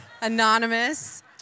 anonymous